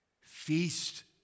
Feast